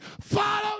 follow